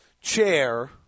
chair